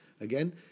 again